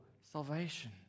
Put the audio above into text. salvation